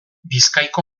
bizkaiko